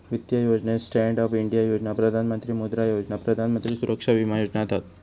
वित्तीय योजनेत stand up India योजना, प्रधान मंत्री मुद्रा योजना, प्रधान मंत्री सुरक्षा विमा योजना हत